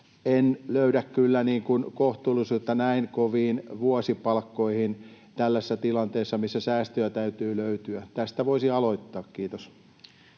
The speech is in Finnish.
En löydä kyllä kohtuullisuutta näin koviin vuosipalkkoihin tällaisessa tilanteessa, missä säästöjä täytyy löytyä. Tästä voisi aloittaa. — Kiitos.